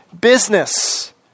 business